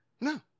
No